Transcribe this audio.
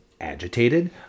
agitated